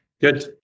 Good